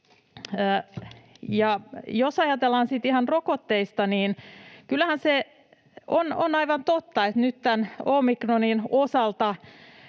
sitten ihan rokotteita, niin kyllähän se on aivan totta, että nyt tämän omik-ronin osalta